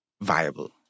viable